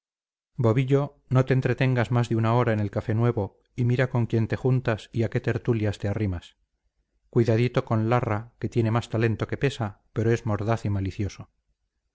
bobillo no te entretengas más de una hora en el café nuevo y mira con quién te juntas y a qué tertulias te arrimas cuidadito con larra que tiene más talento que pesa pero es mordaz y malicioso